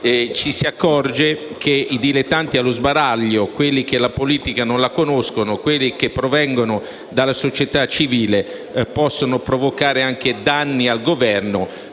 ci si accorge che i dilettanti allo sbaraglio, quelli che la politica non la conoscono, che provengono dalla società civile, possono provocare anche danni al Governo,